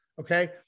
Okay